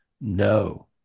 No